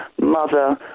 mother